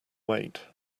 wait